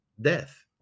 death